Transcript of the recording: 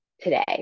today